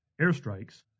airstrikes